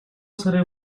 сарын